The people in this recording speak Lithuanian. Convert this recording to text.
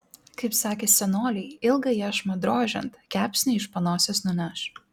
kaip sakė senoliai ilgą iešmą drožiant kepsnį iš panosės nuneš